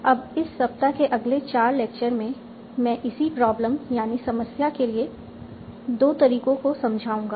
अब इस सप्ताह के अगले 4 लेक्चर में मैं इसी प्रॉब्लमसमस्या के लिए दो तरीकों को समझाऊंगा